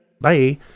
Bye